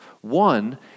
One